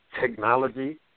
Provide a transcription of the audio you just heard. technology